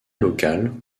local